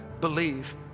Believe